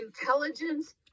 intelligence